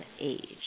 age